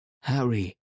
Harry